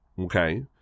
Okay